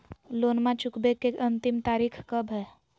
लोनमा चुकबे के अंतिम तारीख कब हय?